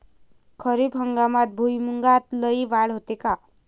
खरीप हंगामात भुईमूगात लई वाढ होते का?